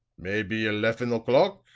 maybe elefen o'clock.